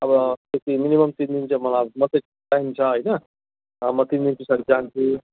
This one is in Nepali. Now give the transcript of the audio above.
अब त्यति मिनिमम तिन दिन चाहिँ मलाई अब मात्रै टाइम छ होइन म तिन दिन पछाडि जान्छु